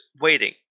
waiting